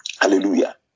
Hallelujah